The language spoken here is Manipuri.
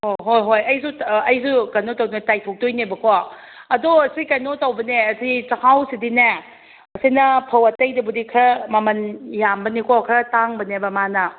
ꯑꯣ ꯍꯣꯏ ꯍꯣꯏ ꯑꯩꯁꯨ ꯑꯩꯁꯨ ꯀꯩꯅꯣ ꯇꯧꯗꯣꯏꯅꯦ ꯇꯥꯏꯊꯣꯛꯇꯣꯏꯅꯦꯕꯀꯣ ꯑꯗꯣ ꯁꯤ ꯀꯩꯅꯣ ꯇꯧꯕꯅꯦ ꯁꯤ ꯆꯥꯛꯍꯥꯎꯁꯤꯗꯤꯅꯦ ꯑꯩꯈꯣꯏꯅ ꯐꯧ ꯑꯇꯩꯗꯕꯨꯗꯤ ꯈꯔ ꯃꯃꯜ ꯌꯥꯝꯕꯅꯦꯀꯣ ꯈꯔ ꯇꯥꯡꯕꯅꯦꯕ ꯃꯥꯅ